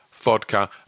vodka